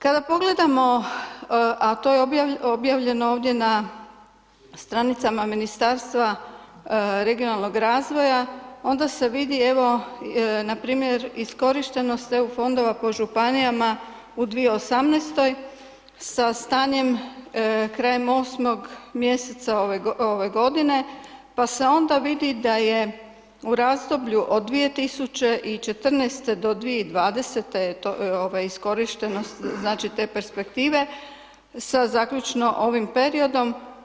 Kada pogledamo, a to je objavljeno ovdje na stranicama Ministarstva regionalnog razvoja, onda se vidi, evo npr. iskorištenost EU fondova po županijama u 2018.-toj sa stanjem krajem 8.-og mjeseca ove godine, pa se onda vidi da je u razdoblju od 2014.-te do 2020.-te iskorištenost, znači te perspektive sa zaključno ovim periodom.